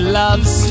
loves